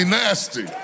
nasty